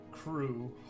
crew